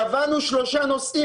קבענו שלושה נושאים.